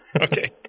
Okay